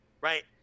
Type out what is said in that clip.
right